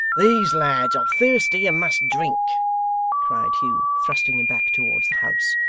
these lads are thirsty and must drink cried hugh, thrusting him back towards the house.